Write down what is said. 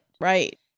right